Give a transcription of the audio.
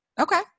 Okay